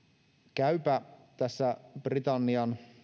käypä tässä britannian